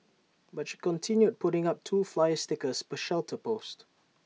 but she continued putting up two flyer stickers per shelter post